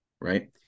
Right